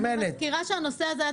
ואת הרפורמה כדי